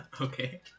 Okay